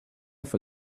off